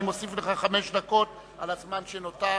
אני מוסיף לך חמש דקות על הזמן שנותר.